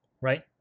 right